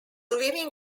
living